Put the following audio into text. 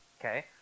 okay